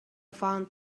found